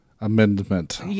amendment